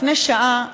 לפני שעה,